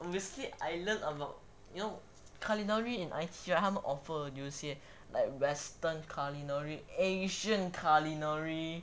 obviously I learned a lot you know culinary in I_T_E 他们 offer 有一些 like western culinary asian culinary